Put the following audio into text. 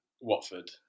Watford